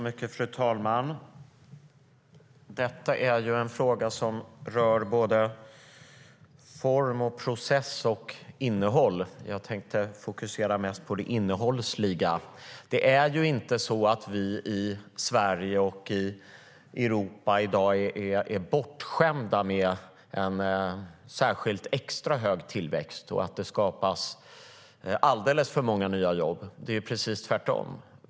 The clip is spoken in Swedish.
Fru talman! Detta är en fråga som rör såväl form och process som innehåll. Jag tänkte fokusera mest på det innehållsliga. Det är inte så att vi i Sverige och Europa är bortskämda med en särskilt hög tillväxt i dag och att det skapas alldeles för många nya jobb. Det är precis tvärtom.